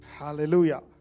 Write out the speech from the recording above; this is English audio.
hallelujah